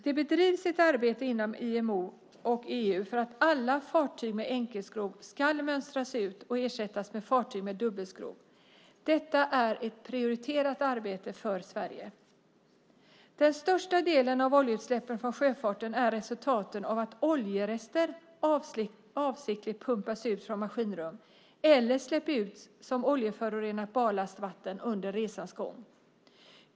Det bedrivs ett arbete inom IMO och EU för att alla fartyg med enkelskrov ska mönstras ut och ersättas med fartyg med dubbelskrov. Detta är ett prioriterat arbete för Sverige. Den största delen av oljeutsläppen från sjöfarten är resultaten av att oljerester avsiktligt pumpas ut från maskinrum eller släpps ut som oljeförorenat barlastvatten under resans gång.